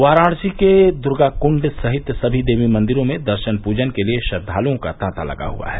वाराणसी के द्र्गाकृष्ड सहित सभी देवी मंदिरों में दर्शन पूजन के लिये श्रद्वाल्ओं का तांता लगा हुआ है